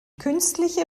künstliche